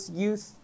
youth